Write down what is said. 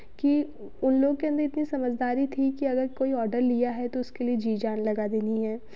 कि उन लोगों के अंदर इतनी समझदारी थी कि अगर कोई ऑर्डर लिया है तो उसके लिए जी जान लगा देनी है